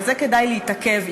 ועל זה כדאי להתעכב.